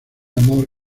amor